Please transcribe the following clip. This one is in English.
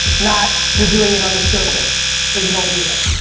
not you're doing it on the surface but you don't mean it.